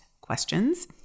questions